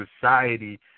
society